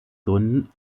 gründen